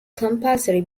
compulsory